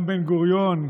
גם בן-גוריון,